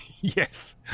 Yes